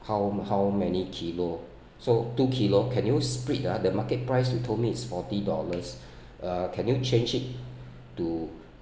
how how many kilo so two kilo can you split ah the market price you told me is forty dollars uh can you change it to